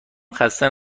خسته